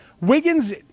Wiggins